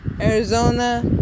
Arizona